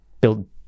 build